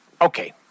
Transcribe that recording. okay